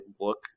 look